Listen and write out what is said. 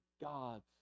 God's